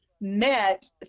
met